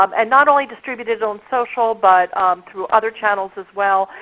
um and not only distributed on social, but through other channels as well.